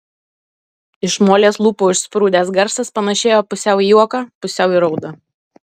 iš molės lūpų išsprūdęs garsas panėšėjo pusiau į juoką pusiau į raudą